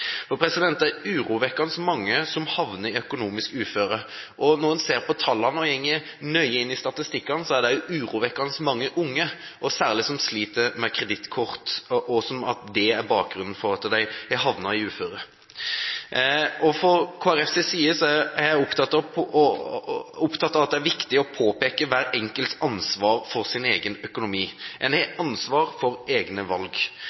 Det er urovekkende mange som havner i økonomisk uføre. Når en ser på tallene og går nøye inn i statistikken, er det urovekkende mange unge som særlig sliter med kredittkort, og med bakgrunn i det har havnet i uføre. Fra Kristelig Folkepartis side er jeg opptatt av at det er viktig å påpeke hver enkelts ansvar for egen økonomi – en har ansvar for egne valg.